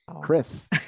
Chris